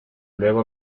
luego